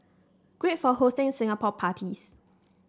great for hosting Singapore parties